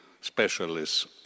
specialists